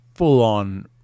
full-on